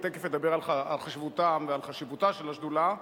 ותיכף אדבר על חשיבותם ועל חשיבותה של השדולה,